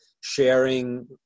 sharing